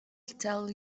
tell